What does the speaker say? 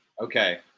Okay